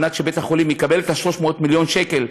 כדי שבית-החולים יקבל את 300 מיליון השקל,